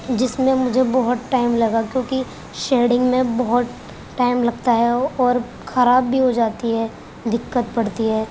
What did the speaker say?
جس میں مجھے بہت ٹائم لگا کیوں کہ شیڈنگ میں بہت ٹائم لگتا ہے اور خراب بھی ہو جاتی ہے دقت پڑتی ہے